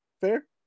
Fair